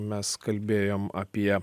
mes kalbėjom apie